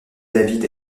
david